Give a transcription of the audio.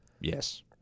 Yes